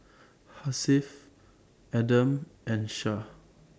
Hasif Adam and Shah